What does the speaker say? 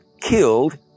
killed